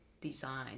design